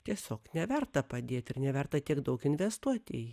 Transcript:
tiesiog neverta padėti ir neverta tiek daug investuoti